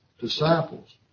disciples